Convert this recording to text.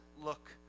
look